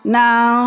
now